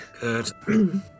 Good